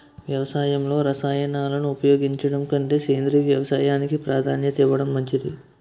వ్యవసాయంలో రసాయనాలను ఉపయోగించడం కంటే సేంద్రియ వ్యవసాయానికి ప్రాధాన్యత ఇవ్వడం మంచిది